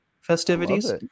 festivities